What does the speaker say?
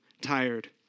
Tired